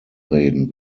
reden